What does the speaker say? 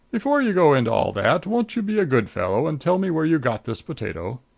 before you go into all that, won't you be a good fellow and tell me where you got this potato?